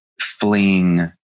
fleeing